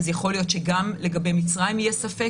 אז יכול להיות שגם לגבי מצרים יהיה ספק.